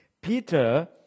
Peter